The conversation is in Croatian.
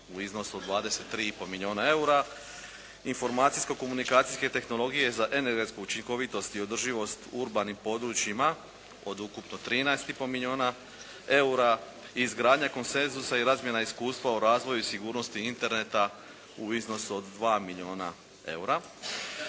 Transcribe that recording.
u iznosu od 23,5 milijuna eura, informacijsko-komunikacijske tehnologije za energetsku učinkovitost i održivost u urbanim područjima od ukupno 13,5 milijuna eura, izgradnja konsenzusa i razmjena iskustava u razvoju sigurnosti interneta u iznosu od 2 milijuna eura.